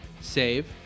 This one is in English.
save